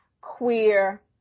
queer